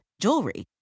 jewelry